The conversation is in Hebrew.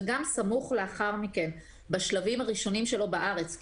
וגם סמוך לאחר מכן בשלבים הראשונים שלו בארץ,